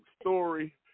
story